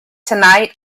tonight